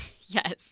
Yes